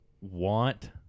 want